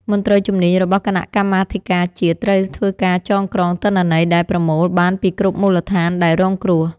មន្ត្រីជំនាញរបស់គណៈកម្មាធិការជាតិត្រូវធ្វើការចងក្រងទិន្នន័យដែលប្រមូលបានពីគ្រប់មូលដ្ឋានដែលរងគ្រោះ។